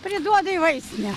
priduodu į vaistinę